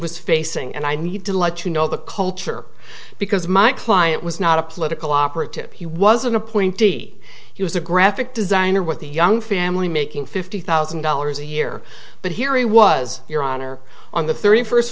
was facing and i need to let you know the culture because my client was not a political operative he was an appointee he was a graphic designer with a young family making fifty thousand dollars a year but here he was your honor on the thirty first